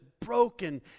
broken